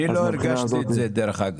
דרך אגב,